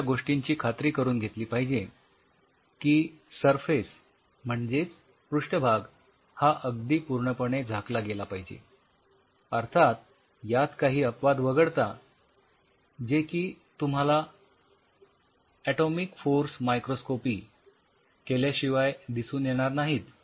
तर या गोष्टीची खात्री करून घेतली पाहिजे की सरफेस म्हणजेच पृष्ठभाग हा अगदी पूर्णपणे झाला गेला पाहिजे अर्थात काही अपवाद वगळता जे की तुम्हाला ऍटोमिक फोर्स मायक्रोस्कोपी केल्याशिवाय दिसून येणार नाहीत